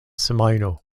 semajno